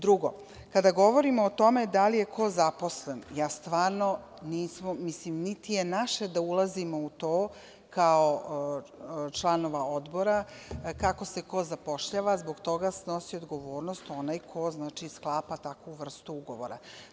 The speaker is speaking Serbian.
Drugo, kada govorimo o tome da li je ko zaposlen, niti je naše da ulazimo u to kao članovi odbora, kako se ko zapošljava, zbog toga snosi odgovornost onaj ko sklapa takvu vrstu ugovora.